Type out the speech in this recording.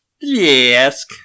yes